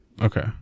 okay